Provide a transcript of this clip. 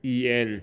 E N